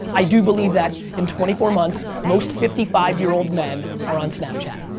i do believe that in twenty four months most fifty five year old men are on snapchat.